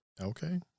Okay